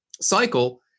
cycle